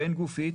בין-גופית,